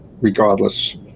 regardless